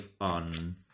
on